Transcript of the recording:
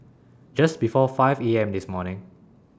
Just before five A M This morning